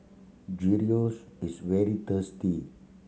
gyros is very tasty